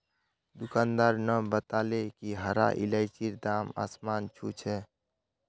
दुकानदार न बताले कि हरा इलायचीर दाम आसमान छू छ